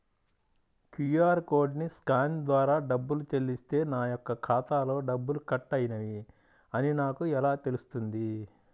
QR కోడ్ని scan ద్వారా డబ్బులు చెల్లిస్తే నా యొక్క ఖాతాలో డబ్బులు కట్ అయినవి అని నాకు ఎలా తెలుస్తుంది?